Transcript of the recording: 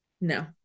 No